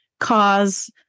cause